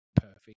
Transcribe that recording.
perfect